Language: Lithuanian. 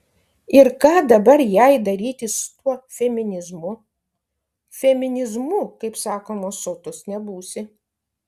ir ką dabar jai daryti su tuo feminizmu feminizmu kaip sakoma sotus nebūsi